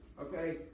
Okay